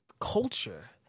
culture